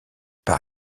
par